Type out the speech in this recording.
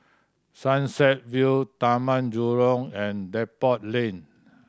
Sunset View Taman Jurong and Depot Lane